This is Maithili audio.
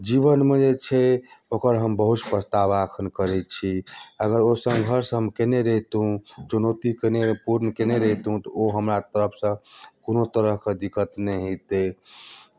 जीवनमे जे छै ओकर हम बहुत पछतावा एखन करै छी अगर ओ संघर्ष हम केने रहितहुँ चुनौती कनिए पूर्ण केने रहितहुँ तऽ ओ हमरा तरफसँ कोनो तरहके दिक्कत नहि होइतै